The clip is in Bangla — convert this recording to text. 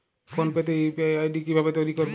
ফোন পে তে ইউ.পি.আই আই.ডি কি ভাবে তৈরি করবো?